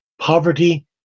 poverty